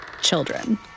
children